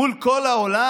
מול כל העולם,